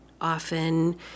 often